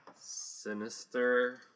Sinister